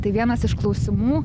tai vienas iš klausimų